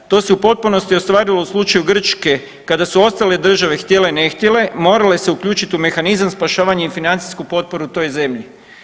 To se u potpunosti ostvarilo u slučaju Grčke kada su ostale države htjele ne htjele morale se uključiti u mehanizam spašavanja i financijsku potporu toj zemlji.